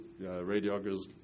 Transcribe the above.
radiographers